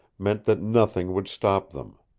meant that nothing would stop them.